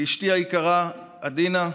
לאשתי היקרה עדינה,